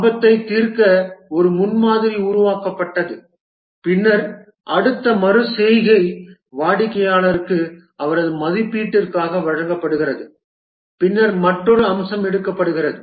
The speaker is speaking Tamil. ஆபத்தைத் தீர்க்க ஒரு முன்மாதிரி உருவாக்கப்பட்டது பின்னர் அடுத்த மறு செய்கை வாடிக்கையாளருக்கு அவரது மதிப்பீட்டிற்காக வழங்கப்படுகிறது பின்னர் மற்றொரு அம்சம் எடுக்கப்படுகிறது